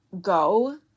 go